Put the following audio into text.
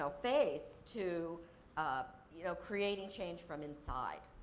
ah face to um you know creating change from inside.